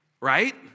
right